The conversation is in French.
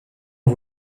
ont